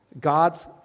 god's